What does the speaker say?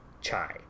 Chai